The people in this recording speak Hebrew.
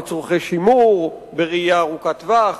לצורכי שימור בראייה ארוכת טווח,